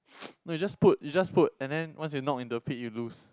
no you just put you just put and then once you knock into the pit you lose